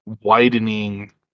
widening